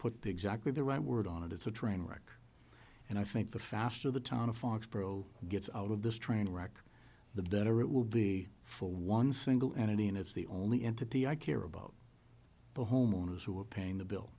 put the exactly the right word on it it's a train wreck and i think the faster the town of foxborough gets out of this train wreck the better it will be for one single entity and it's the only entity i care about the homeowners who are paying the bill